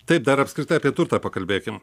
taip dar apskritai apie turtą pakalbėkim